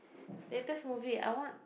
latest movie I want